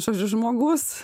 žodžiu žmogus